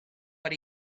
but